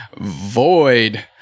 Void